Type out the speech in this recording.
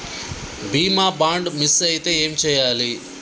బీమా bond miss అయితే ఏం చేయాలి?